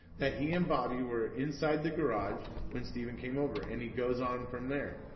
that he and bobby were inside the garage when steven came over and he goes on from there.